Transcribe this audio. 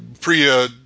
priya